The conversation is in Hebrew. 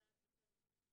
בסדר.